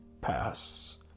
pass